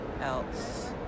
else